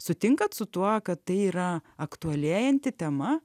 sutinka su tuo kad tai yra aktualėjanti tema